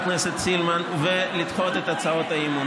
הכנסת סילמן ולדחות את הצעות האי-אמון.